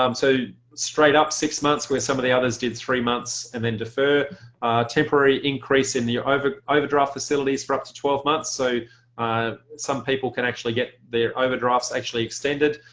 um so straight up six months where some of the others did three months and then defer temporary increase in the overdraft facilities for up to twelve months. so some people can actually get their overdrafts actually extended.